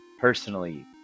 personally